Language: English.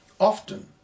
Often